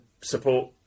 support